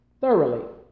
thoroughly